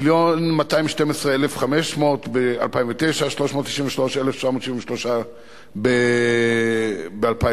מיליון ו-212,500 ש"ח ב-2009 ו-393,773 ש"ח ב-2010.